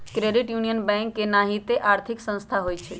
credit union bank के नाहिते आर्थिक संस्था होइ छइ